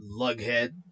Lughead